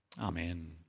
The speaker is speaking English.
Amen